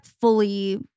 fully